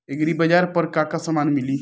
एग्रीबाजार पर का का समान मिली?